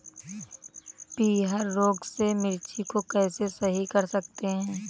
पीहर रोग से मिर्ची को कैसे सही कर सकते हैं?